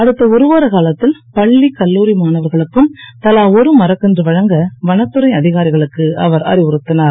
அடுத்த ஒருவார காலத்தில் பள்ளி கல்லூரி மாணவர்களுக்கும் தலா ஒரு மரக்கன்று வழங்க வனத்துறை அதிகாரிகளுக்கு அவர் அறிவுறுத்தினார்